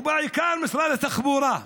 ובעיקר משרד התחבורה,